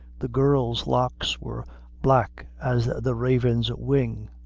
the girl's locks were black as the raven's wing